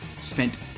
spent